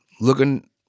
looking